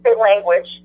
language